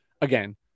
again